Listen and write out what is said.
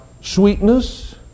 sweetness